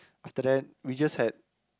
after that we just had